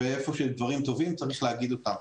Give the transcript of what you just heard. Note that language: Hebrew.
איפה שיש דברים טובים צריך להגיד אותם.